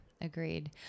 agreed